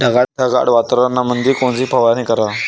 ढगाळ वातावरणामंदी कोनची फवारनी कराव?